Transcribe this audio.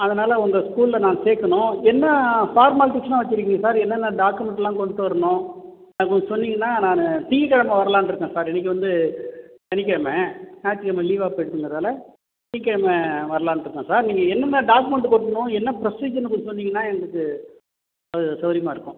அதனால் உங்கள் ஸ்கூலில் நான் சேர்க்கணும் என்ன ஃபார்மாலிட்டிஸ்லாம் வைச்சுருக்கீங்க சார் என்னென்ன டாக்குமெண்ட்லாம் கொண்ட்டு வரணும் அதை கொஞ்சம் சொன்னீங்கன்னா நானு திங்கக் கிழம வரலாம்னு இருக்கேன் சார் இன்னைக்கு வந்து சனிக் கிழம ஞாயிற்றுக் கிழம லீவா போயிடுங்கிறதால சனிக் கிழம வரலான்ட்டு இருக்கேன் சார் நீங்கள் என்னென்ன டாக்குமெண்ட்டு கொண்டு வரணும் என்ன ப்ரொசீஜர்னு கொஞ்சம் சொன்னீங்கன்னா எங்களுக்கு அது சௌரியமாக இருக்கும்